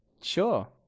Sure